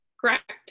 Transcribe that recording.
correct